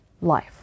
life